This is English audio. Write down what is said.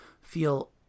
feel